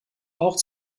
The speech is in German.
auch